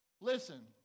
Listen